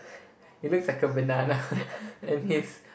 it looks like a banana and his